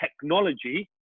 technology